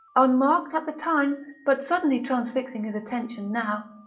unmarked at the time but suddenly transfixing his attention now,